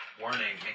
Warning